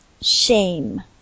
Shame